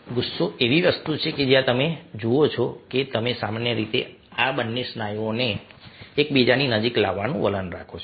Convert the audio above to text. ગુસ્સો એ એવી વસ્તુ છે જ્યાં તમે જુઓ છો કે તમે સામાન્ય રીતે આ બંને સ્નાયુઓને એકબીજાની નજીક લાવવાનું વલણ રાખો છો